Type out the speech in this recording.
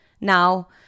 now